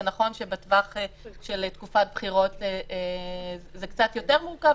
זה נכון שבטווח של תקופת בחירות זה קצת יותר מורכב,